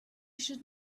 should